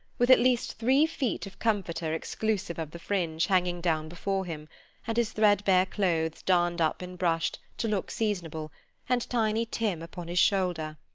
with at least three feet of comforter exclusive of the fringe, hanging down before him and his threadbare clothes darned up and brushed, to look seasonable and tiny tim upon his shoulder.